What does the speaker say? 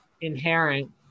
inherent